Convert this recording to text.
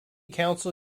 council